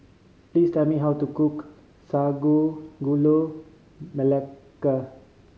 please tell me how to cook Sago Gula Melaka